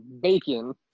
Bacon